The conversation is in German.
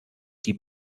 die